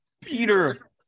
Peter